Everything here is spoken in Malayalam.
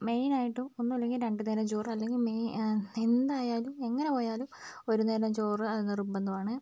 മെയിൻ ആയിട്ടും ഒന്നുമില്ലെങ്കിലും രണ്ടുനേരം ചോറ് അല്ലെങ്കിൽ മെ എന്തായാലും എങ്ങനെ പോയാലും ഒരുനേരം ചോറ് നിർബന്ധമാണ്